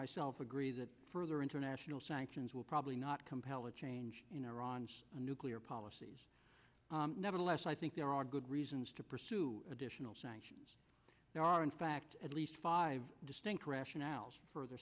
myself agree that further international sanctions will probably not compel a change in iran a nuclear policy nevertheless i think there are good reasons to pursue additional there are in fact at least five distinct rationales for further